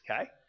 okay